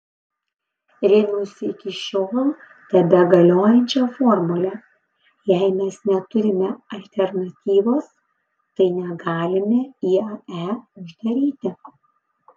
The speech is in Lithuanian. rėmiausi iki šiol tebegaliojančia formule jei mes neturime alternatyvos tai negalime iae uždaryti